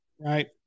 right